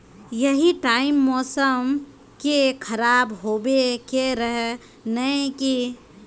यही टाइम मौसम के खराब होबे के रहे नय की?